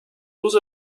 روز